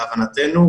להבנתנו,